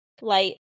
light